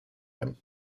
him